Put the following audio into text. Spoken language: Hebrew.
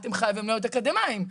אתם חייבים להיות אקדמאים,